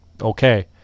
okay